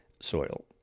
soil